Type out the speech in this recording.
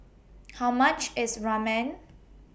How much IS Ramen